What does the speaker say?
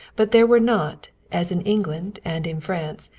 but there were not, as in england and in france,